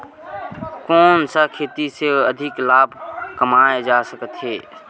कोन सा खेती से अधिक लाभ कमाय जा सकत हे?